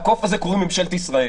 לקוף הזה קוראים "ממשלת ישראל".